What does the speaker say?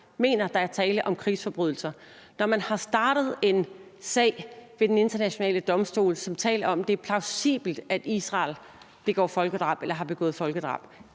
mener, der er tale om krigsforbrydelser, og når man har startet en sag ved Den Internationale Domstol, som taler om, at det er plausibelt, at Israel begår eller har begået folkedrab.